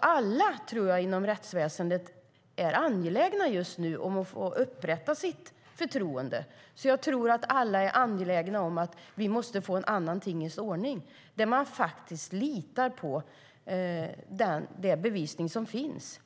Alla inom rättsväsendet är angelägna om att förtroendet ska återupprättas. Jag tror att alla angelägna om att det måste bli en annan tingens ordning där man kan lita på den bevisning som finns.